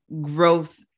growth